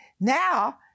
Now